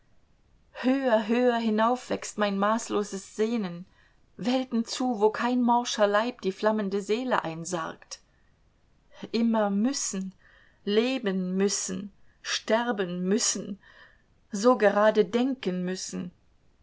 höher höher hinauf wächst mein maßloses sehnen welten zu wo kein morscher leib die flammende seele einsargt immer müssen leben müssen sterben müssen so gerade denken müssen